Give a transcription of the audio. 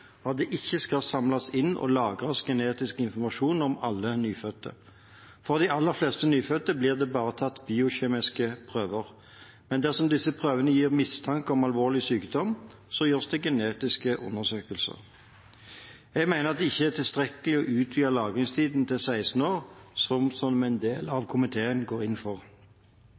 at det ikke skal samles inn og lagres genetisk informasjon om alle nyfødte. Av de aller fleste nyfødte blir det bare tatt biokjemiske prøver. Men dersom disse prøvene gir mistanke om alvorlig sykdom, gjøres det genetiske undersøkelser. Jeg mener at det ikke er tilstrekkelig å utvide lagringstiden til 16 år, som en del av komiteen går inn for.